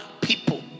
people